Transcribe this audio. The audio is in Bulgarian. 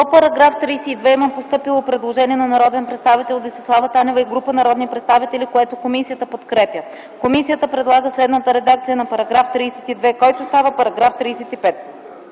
33 на вносителя има постъпило предложение на народния представител Десислава Танева и група народни представители, което комисията подкрепя. Комисията предлага следната редакция на § 33, който става § 36: „§ 36.